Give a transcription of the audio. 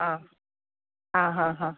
आं आं आं हां हां